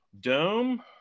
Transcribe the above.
dome